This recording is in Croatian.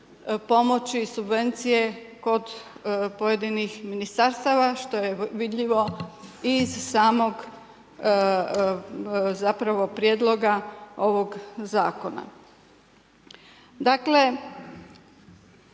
pomoći i subvencije kod pojedinih ministarstava što je vidljivo i iz samog zapravo prijedloga ovog zakona. Dakle,